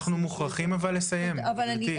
אבל אנחנו מוכרחים לסיים, גברתי.